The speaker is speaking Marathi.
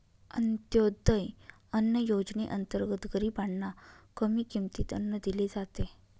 अंत्योदय अन्न योजनेअंतर्गत गरीबांना कमी किमतीत अन्न दिले जाते